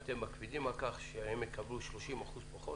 אתם מקפידים על כך שהם יקבלו 30% פחות?